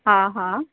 हा हा